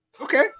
Okay